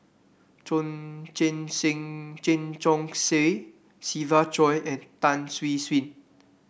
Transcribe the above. Chen Chong Swee Siva Choy and Tan Siew Sin